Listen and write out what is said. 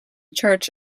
church